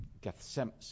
Gethsemane